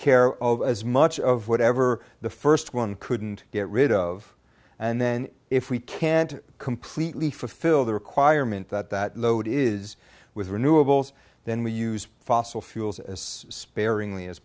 care of as much of whatever the first one couldn't get rid of and then if we can't completely fulfill the requirement that that load is with renewables then we use fossil fuels as sparingly as